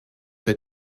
für